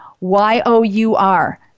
Y-O-U-R